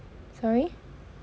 sorry